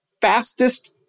fastest